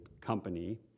company